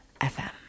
FM